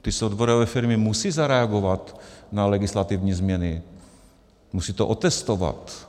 Ty softwarové firmy musí zareagovat na legislativní změny, musí to otestovat.